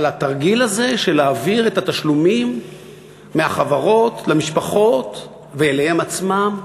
על התרגיל הזה של להעביר את התשלומים מהחברות למשפחות ואליהם עצמם.